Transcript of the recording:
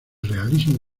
realismo